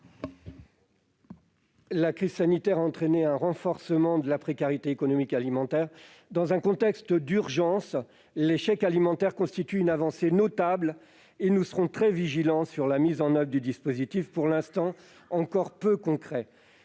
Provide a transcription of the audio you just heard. La crise sanitaire a entraîné un renforcement de la précarité économique et alimentaire. Dans un contexte d'urgence, les chèques alimentaires constituent une avancée notable, et nous serons très vigilants sur la mise en oeuvre du dispositif, pour l'instant encore peu concret.